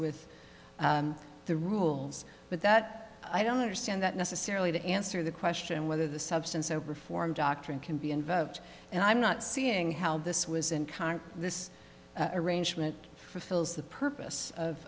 with the rules but that i don't understand that necessarily to answer the question whether the substance of reform doctrine can be invoked and i'm not seeing how this was in car this arrangement fills the purpose of